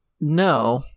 No